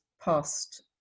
past